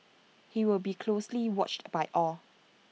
he will be closely watched by all